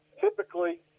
typically